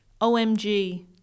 OMG